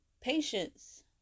patience